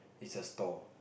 is a store